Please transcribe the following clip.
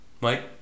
Mike